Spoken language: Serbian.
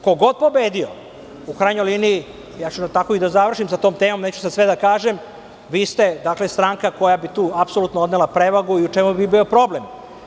Ko god pobedio, u krajnjoj liniji ja ću tako i da završim sa tom temom, neću sad sve da kažem, vi ste stranka koja bi tu apsolutno odnela prevagu i u čemu bi bio problem.